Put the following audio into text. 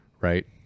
right